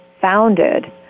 founded